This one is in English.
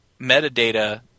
metadata